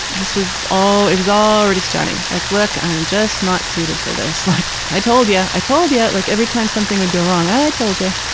this was all, it was already starting like look, i'm just not suited for this. like i told ya! i told ya! like every time something would go wrong, i i told ya!